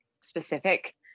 specific